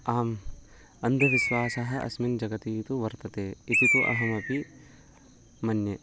आम् अन्धविश्वासः अस्मिन् जगति तु वर्तते इति तु अहमपि मन्ये